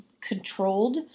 controlled